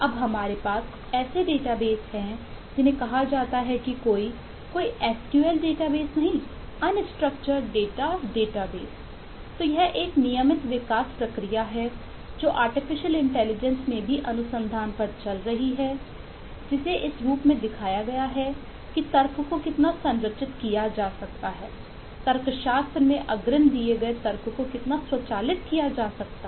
अब हमारे पास ऐसे डेटाबेस हैं जिन्हें कहा जाता है कि कोई कोई एसक्यूएल डेटाबेस में भी अनुसंधान पर चल रही है जिसे इस रूप में दिखाया गया है कि तर्क को कितना संरचित किया जा सकता है तर्कशास्त्र में अग्रिम दिए गए तर्क को कितना स्वचालित किया जा सकता है